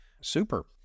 Super